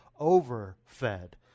overfed